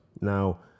Now